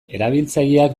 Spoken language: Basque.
erabiltzaileak